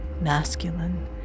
masculine